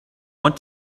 want